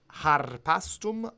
harpastum